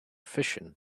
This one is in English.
fission